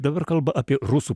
dabar kalba apie rusų